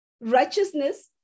Righteousness